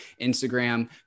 Instagram